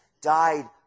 died